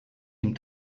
ihm